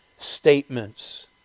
statements